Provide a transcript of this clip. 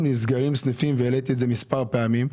נסגרים סניפי בנק והעליתי את זה מספר פעמים.